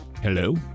hello